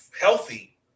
healthy